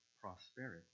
prosperity